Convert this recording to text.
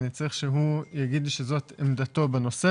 אני צריך שהוא יגיד שזאת עמדתו בנושא